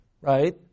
right